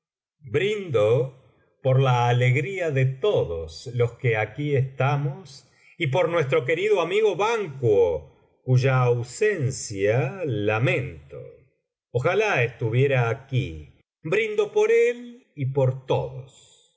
brindo por la alegría de todos los que aquí estamos y por nuestro querido amigo banquo cuya ausencia lamento ojalá estuviera aquí brindo por él y por todos